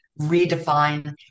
redefine